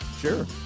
Sure